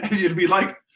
you'd be like,